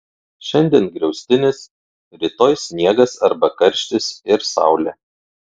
šiandien griaustinis rytoj sniegas arba karštis ir saulė